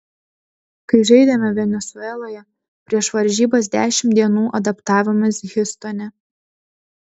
kai žaidėme venesueloje prieš varžybas dešimt dienų adaptavomės hjustone